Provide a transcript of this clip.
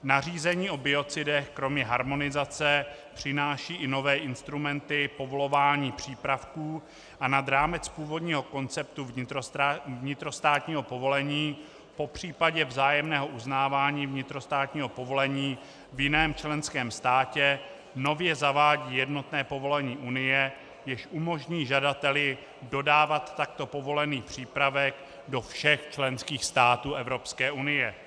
Nařízení o biocidech kromě harmonizace přináší i nové instrumenty povolování přípravků a nad rámec původního konceptu vnitrostátního povolení, popřípadě vzájemného uznávání vnitrostátního povolení v jiném členském státě, nově zavádí jednotné povolení Unie, jež umožní žadateli dodávat takto povolený přípravek do všech členských států Evropské unie.